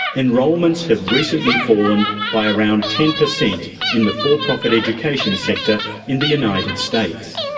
enrolments have recently fallen by around ten percent in the for-profit education sector in the united states.